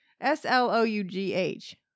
S-L-O-U-G-H